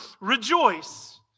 rejoice